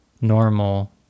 normal